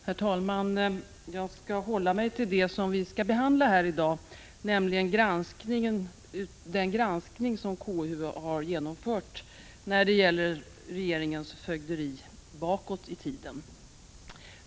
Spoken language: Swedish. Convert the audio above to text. Herr talman! Jag skall hålla mig till det som vi skall behandla här i dag, nämligen den granskning som konstitutionsutskottet har genomfört av regeringens fögderi bakåt i tiden.